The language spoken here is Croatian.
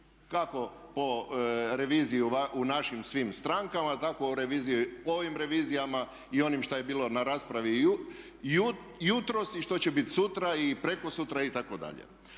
Kako po reviziji u našim svim strankama tako u reviziji po ovim revizijama i onim šta je bilo na raspravi i jutros i što će biti sutra i prekosutra itd..